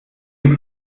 sie